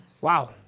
Wow